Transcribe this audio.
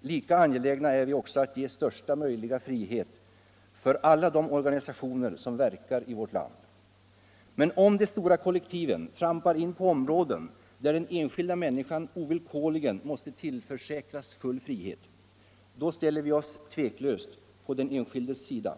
lika angelägna är vi att ge största möjliga frihet för alla organisationer som verkar i vårt land. Men om de stora kollektiven trampar in på områden där den enskilda människan ovillkorligen måste tillförsäkras full frihet, ställer vi oss tveklöst på den enskildes sida.